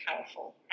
powerful